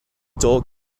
dog